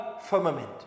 firmament